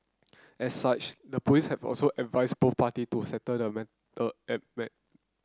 as such the police have also advised both party to settle the matter